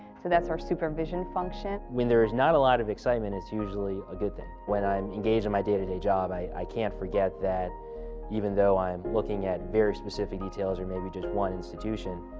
so that's our supervision function. when there's not a lot of excitement, it's usually a good thing. when i'm engaged in my day to day job, i can't forget that even though i'm looking at very specific details, or maybe just one institution,